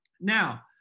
Now